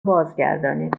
بازگردانید